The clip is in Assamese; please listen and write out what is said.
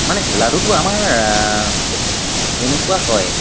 মানে লাডুটো আমাৰ খুব এনেকুৱা হয়